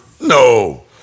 No